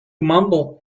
mumble